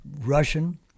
Russian